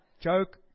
Joke